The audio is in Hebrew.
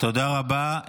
תודה רבה.